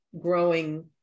growing